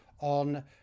on